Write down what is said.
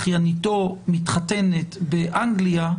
אחייניתו מתחתנת באנגליה,